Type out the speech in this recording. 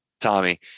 Tommy